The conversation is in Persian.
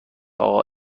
اقا